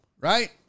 Right